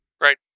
Right